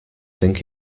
think